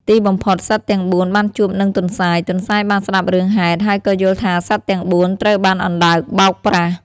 ទីបំផុត សត្វទាំងបួនបានជួបនឹងទន្សាយ។ ទន្សាយបានស្ដាប់រឿងហេតុ ហើយក៏យល់ថាសត្វទាំងបួនត្រូវបានអណ្ដើកបោកប្រាស់។